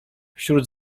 wśród